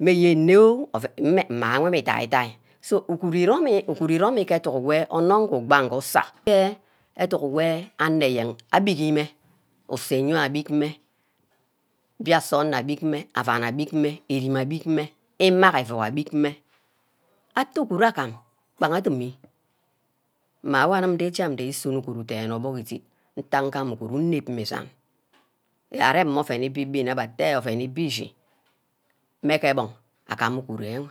Mmeyen nne oh ouen mne wumi mmi diahe-dia so uguru iromi-uguru iromi gee educk wey onor wu ugbange useh, educk wey anor eyen agbigi mmeh, asor eyio egbih meh, biase onor agbid meh, auana agbi meh, erima agbid meh, ima gee euuro agbid meh, atteh uguru agam, gba adumi, mma wor anim akuba kube anor arear, igeri ka anor akiba, gbana, bana, ntag meyene uguru agam, meyene agam uguru enwe awor mmeh onor auan good agama onor denneh, irimi aku izome mmeh usor, biase onor, biaka onor, mmageh eyio atene wor akene ouen wor abbe areme nga abbe akene wor aseh, asa meh asa agwe areme meh areme, irene gee mang uguru ashiga amang uguru ashiga, onor wu-chi gameh mme ga ameh ure, irem gear mmu iremi gaha arear rem uguru, rem uguru, gama uguru, orku igaha orku wah aje rem mmeh jene uguru agama ke arbuck, they amanga aguma ori-ori enwe edo mmeh atteh niseh ornọ ugama ke nsort, uguru irem wor agaha onor ke eyen, ke eyibia wor ndeje gee ameh atteh uguru agam aji kubo anor arear agamana arumeh ge nne ayiha mehyen mmeh oryiha wor ayiha gee nsort, ayiha meh inep-inep kashi gah anor ere igaha uguru enwe nde jem ndisunor uguru dene orbuck idit, ntagha ngam uguru inep ma isan areme mme ouen igbi jeni abba atteh ouen igbi ishi meh gee bunck agama uguru enweh,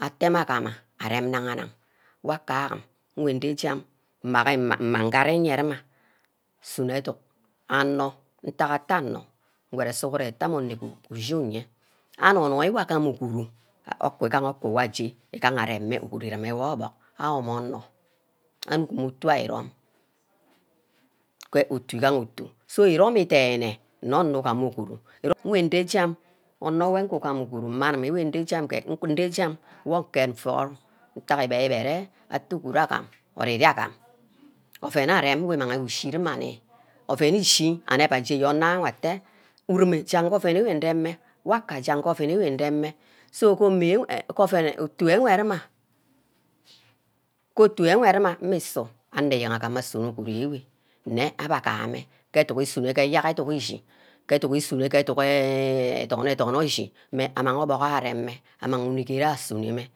akme agama arem naga-nag, waka agim nwidijam mma gee mme ngee arem yima suno educk anor ntagha, ntah anor sughu-rene itameh anor egug ushi-uye. Anoi nwor agam uguru, oku-igaha orku wor aje igaha aremeh uguru ire wor gor orbuck awor meh onor, anuck ma, utu ayo irum ke otu igaha otu, so iromi denne nne onor ugama uguru, wor nde jam uguru mmeh animini-njam gee onor wor ugam uguru meh nket nforo ntack ibere ibere uguru agam ori-ori agam, ouen areme mmeh imag ushi irima-nni, ouen ishi anep aje anor wor atteh urume jagee ouen enwe ndem-meh, uwaka jagee ouen enwe ndeme so gee omia, gee ouen otu enwe dima, ke otu enwe dima. mmeh usu anor eyen agama asunor uguru enwe me abbeh agama mmeh gee educk we isunor gee eyerk edunk ishi, ke educk isunor ke edunk edonor-ednor eshi amang obuck ajor areme, amang unick ayo asunor meh.